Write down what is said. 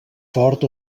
fort